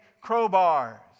crowbars